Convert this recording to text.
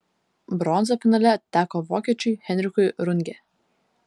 bronza finale atiteko vokiečiui henrikui runge